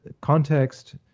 context